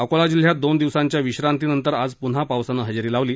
अकोला जिल्ह्यात दोन दिवसांच्या विश्रांतीनंतर आज प्न्हा पावसानं हजेरी लावली